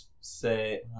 say